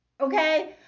okay